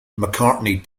mccartney